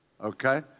okay